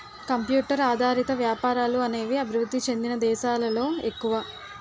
computer ఆధారిత వ్యాపారాలు అనేవి అభివృద్ధి చెందిన దేశాలలో ఎక్కువ